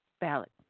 ballot